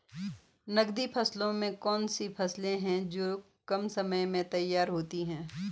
नकदी फसलों में कौन सी फसलें है जो कम समय में तैयार होती हैं?